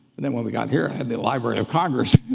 then when we got here i had the library of congress.